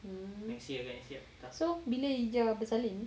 so bila ija bersalin